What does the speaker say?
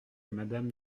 madame